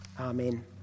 Amen